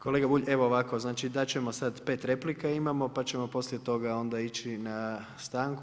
Kolega Bulj, evo ovako, znači dati ćemo sada 5 replika imamo pa ćemo poslije toga onda ići na stanku.